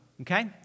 okay